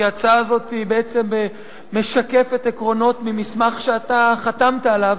כי ההצעה הזאת בעצם משקפת עקרונות ממסמך שאתה חתמת עליו,